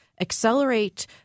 accelerate